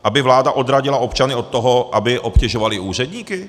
Aby vláda odradila občany od toho, aby obtěžovali úředníky?